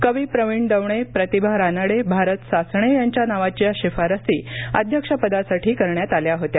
कवी प्रवीण दवणे प्रतिभा रानडे भारत सासणे यांच्या नावाच्या शिफारसी अध्यक्षपदासाठी करण्यात आल्या होत्या